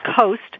Coast